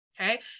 Okay